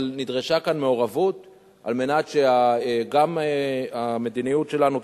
אבל נדרשה כאן מעורבות כדי שגם המדיניות שלנו תתבצע.